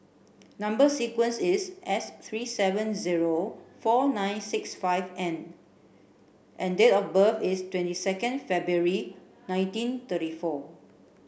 number sequence is S three seven zero four nine six five N and date of birth is twenty second February nineteen thirty four